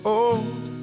old